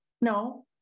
No